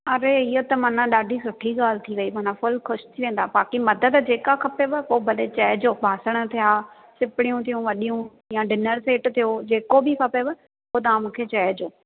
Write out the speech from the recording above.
अरे हीअं त माना ॾाढी सुठी ॻाल्हि थी वई माना फुल ख़ुशि थी वेंदा बाक़ी मदद जेका खपेव पोइ भले चइजो बासण थिया सिपरियूं थियूं वॾियूं या डिनर सेट थियो जेको बि खपेव त तव्हां मूंखे चइजो